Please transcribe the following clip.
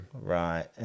Right